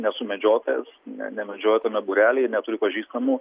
nesu medžiotojas ne nemedžioju tame būrelyje neturiu pažįstamų